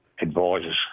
advisors